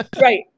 Right